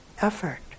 effort